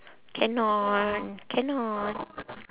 cannot cannot